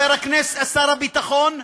שר הביטחון,